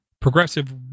progressive